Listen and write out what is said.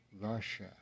Russia